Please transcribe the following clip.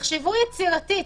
תחשבו באופן יצירתי.